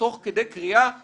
תוך כדי קריאה לציבור: